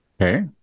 Okay